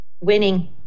Winning